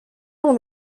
dans